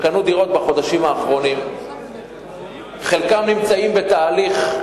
חלקם נמצאים בתהליך,